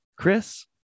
Chris